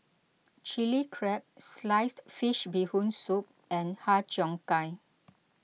Chili Crab Sliced Fish Bee Hoon Soup and Har Cheong Gai